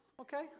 okay